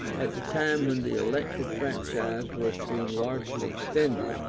at the time when the elective franchise was being largely extended,